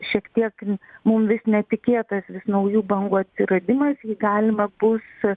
šiek tiek mum vis netikėtas vis naujų bangų atsiradimas jį galima bus